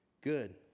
Good